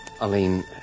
Aline